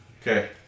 okay